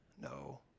no